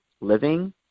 living